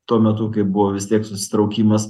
tuo metu kai buvo vis tiek susitraukimas